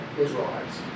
Israelites